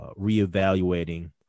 reevaluating